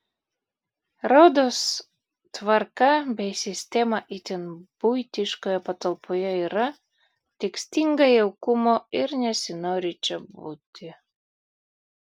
rodos tvarka bei sistema itin buitiškoje patalpoje yra tik stinga jaukumo ir nesinori čia būti